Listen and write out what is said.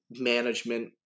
management